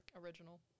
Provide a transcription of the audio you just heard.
Original